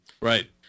Right